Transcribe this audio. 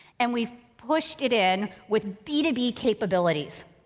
and we've pushed it in with b two b capabilities.